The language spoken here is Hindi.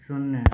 शून्य